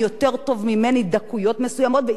ויצטרכו ויהיו חייבים לתת לנו תשובה,